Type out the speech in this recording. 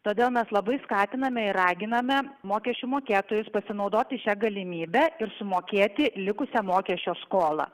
todėl mes labai skatiname ir raginame mokesčių mokėtojus pasinaudoti šia galimybe ir sumokėti likusią mokesčio skolą